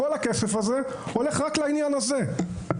כל הכסף הזה הולך רק לעניין הזה.